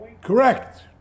Correct